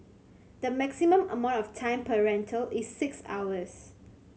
the maximum amount of time per rental is six hours